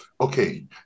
okay